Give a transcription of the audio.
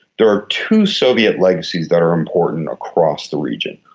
there are two soviet legacies that are important across the region.